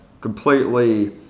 completely –